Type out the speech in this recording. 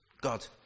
God